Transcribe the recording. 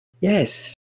Yes